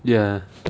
ya